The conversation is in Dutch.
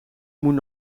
moet